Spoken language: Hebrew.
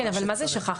מה זה שכח?